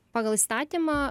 pagal įstatymą